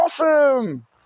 Awesome